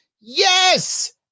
Yes